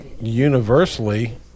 universally